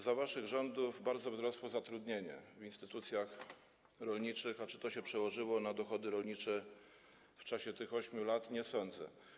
Za waszych rządów bardzo wzrosło zatrudnienie w instytucjach rolniczych, a czy to się przełożyło na dochody rolnicze w czasie tych 8 lat, nie sądzę.